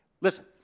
listen